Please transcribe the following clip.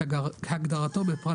כהגדרתו בפרט